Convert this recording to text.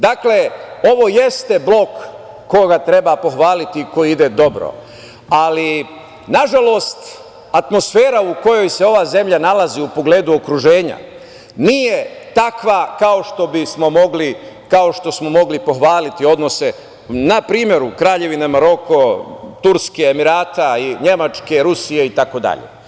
Dakle, ovo jeste blok koji treba pohvaliti, koji ide dobro, ali, nažalost, atmosfera u kojoj se ova zemlja nalazi u pogledu okruženja nije takva kao što bismo mogli pohvaliti odnose na primeru Kraljevine Maroko, Turske, Emirata, Nemačke, Rusije itd.